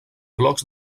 blocs